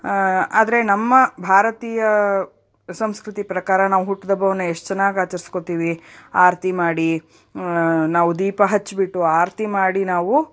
ಆದರೆ ನಮ್ಮ ಭಾರತೀಯ ಸಂಸ್ಕೃತಿ ಪ್ರಕಾರ ನಾವು ಹುಟ್ಟಿದಬ್ಬವನ್ನು ಎಷ್ಟು ಚೆನ್ನಾಗಿ ಆಚರಿಸ್ಕೊತೀವಿ ಆರತಿ ಮಾಡಿ ನಾವು ದೀಪ ಹಚ್ಚಿಬಿಟ್ಟು ಆರತಿ ಮಾಡಿ ನಾವು